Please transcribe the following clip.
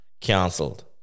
Cancelled